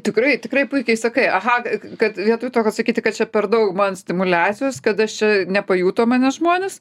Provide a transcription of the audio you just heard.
tikrai tikrai puikiai sakai aha kad vietoj to kad sakyti kad čia per daug man stimuliacijos kad aš čia nepajuto mane žmonės